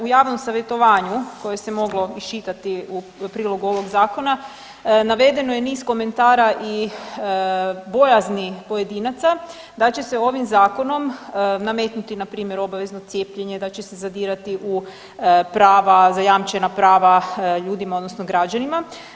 U javnom savjetovanju koje se moglo iščitati u prilogu ovog zakona navedeno je niz komentara i bojazni pojedinaca da će se ovim zakonom nametnuti npr. obavezno cijepljenje, da će se zadirati u prava, zajamčena prava ljudima odnosno građanima.